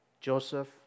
Joseph